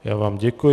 Já vám děkuji.